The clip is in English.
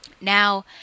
Now